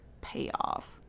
payoff